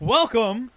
Welcome